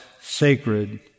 sacred